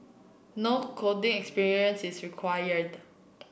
no coding experience is required